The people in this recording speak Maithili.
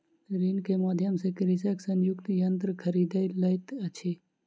ऋण के माध्यम सॅ कृषक संयुक्तक यन्त्र खरीद लैत अछि